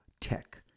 tech